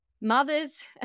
mothers